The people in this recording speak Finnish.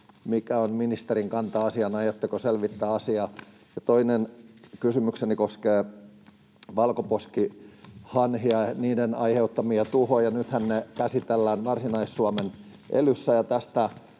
Mikä on ministerin kanta asiaan, aiotteko selvittää asiaa? Toinen kysymykseni koskee valkoposkihanhia ja niiden aiheuttamia tuhoja. Nythän ne käsitellään Varsinais-Suomen elyssä,